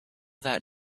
that